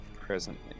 Presently